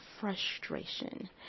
frustration